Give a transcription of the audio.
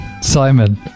Simon